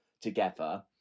together